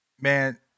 man